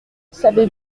savez